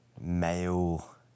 male